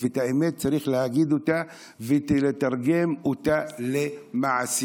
ואת האמת צריך להגיד ולתרגם אותה למעשים.